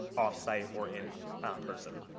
off-site or in person.